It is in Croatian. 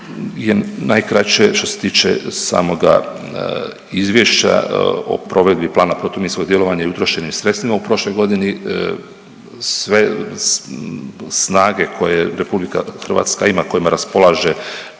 je najkraće što se tiče samoga izvješća o provedbi Plana protuminskog djelovanja i utrošenim sredstvima u prošloj godini. Sve snage koje RH ima i kojima raspolaže